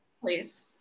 Please